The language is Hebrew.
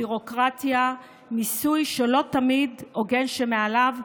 ביורוקרטיה ומיסוי שהוא לא תמיד הוגן כשמעליו,